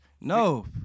No